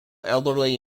elderly